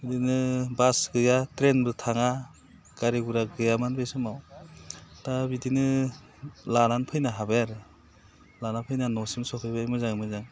बिदिनो बास गैया ट्रेनबो थाङा गारि गुरा गैयामोन बे समाव दा बिदिनो लानानै फैनो हाबाय आरो लाना फैनानै न'सिम सफैबाय मोजाङै मोजां